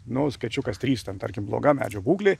nu skaičiukas trys ten tarkim bloga medžio būklė